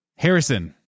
Harrison